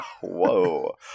Whoa